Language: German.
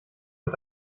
und